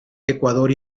ecuador